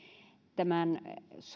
tämän